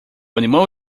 animal